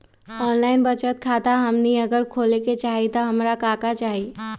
Online बचत खाता हमनी अगर खोले के चाहि त हमरा का का चाहि?